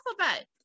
alphabet